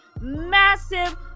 massive